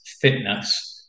fitness